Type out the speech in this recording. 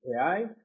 AI